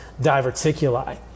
diverticuli